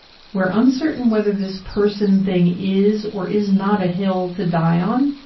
we're uncertain whether this person thing is or is not a hill to die on.